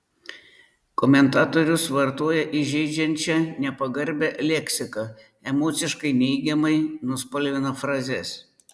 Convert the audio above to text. komentatorius vartoja įžeidžiančią nepagarbią leksiką emociškai neigiamai nuspalvina frazes